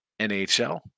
NHL